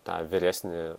tą vyresnį